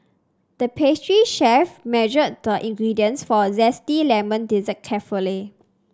the pastry chef measured the ingredients for a zesty lemon dessert carefully